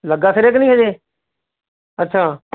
ਲੱਗਾ ਸਿਰੇ ਕਿ ਨਹੀਂ ਅਜੇ ਅੱਛਾ